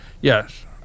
Yes